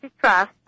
trust